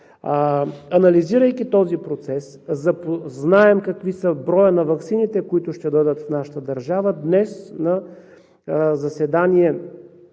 Анализирайки този процес, знаем какъв е броят на ваксините, които ще дойдат в нашата държава, днес на заседание